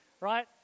right